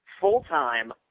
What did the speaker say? full-time